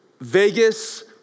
Vegas